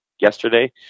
yesterday